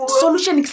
solution